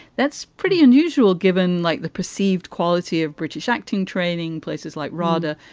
that's pretty unusual given like the perceived quality of british acting training places like rawda.